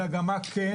אלא גם מה כן,